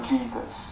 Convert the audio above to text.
Jesus